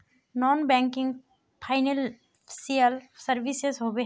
Non banking financial services होबे है?